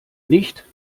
nicht